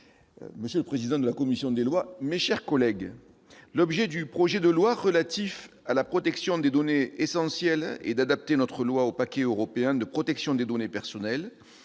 Monsieur le président, madame la ministre, mes chers collègues, l'objet du projet de loi relatif à la protection des données personnelles est d'adapter notre droit au « paquet européen de protection des données personnelles